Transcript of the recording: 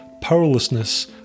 powerlessness